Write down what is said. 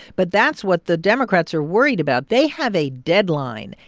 but that's what the democrats are worried about. they have a deadline,